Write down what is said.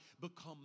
become